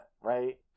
right